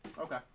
Okay